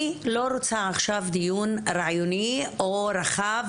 אני לא רוצה עכשיו דיון רעיוני או רחב,